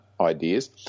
ideas